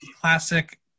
classic